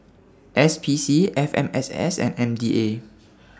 SPC FMSS and MDA